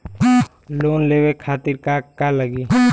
Loan लेवे खातीर का का लगी?